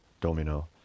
domino